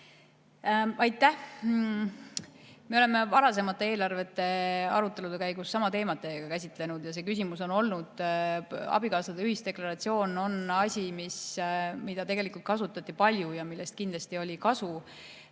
Aitäh! Me oleme varasemate eelarvete arutelude käigus sama teemat teiega käsitlenud ja abikaasade ühisdeklaratsioon on asi, mida tegelikult kasutati palju ja millest kindlasti oli kasu.